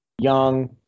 young